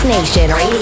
Nation